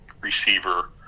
receiver